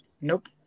Nope